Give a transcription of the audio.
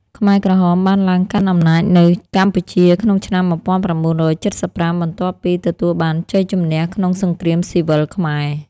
ខ្មែរក្រហមបានឡើងកាន់អំណាចនៅកម្ពុជាក្នុងឆ្នាំ ១៩៧៥ បន្ទាប់ពីទទួលបានជ័យជម្នះក្នុងសង្គ្រាមស៊ីវិលខ្មែរ។